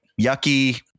yucky